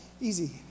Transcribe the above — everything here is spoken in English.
easy